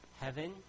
Heaven